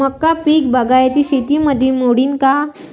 मका पीक बागायती शेतीमंदी मोडीन का?